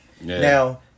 Now